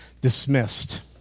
dismissed